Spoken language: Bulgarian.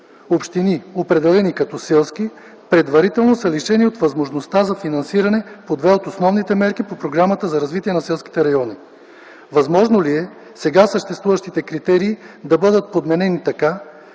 общини, определени като селски, предварително са лишени от възможността за финансиране по две от основните мерки по Програмата за развитие на селските райони? Възможно ли е сега съществуващите критерии да бъдат подменени така,